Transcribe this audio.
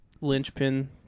linchpin